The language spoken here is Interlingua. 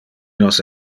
nos